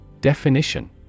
Definition